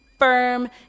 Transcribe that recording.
Firm